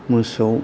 मोसौ